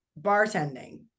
bartending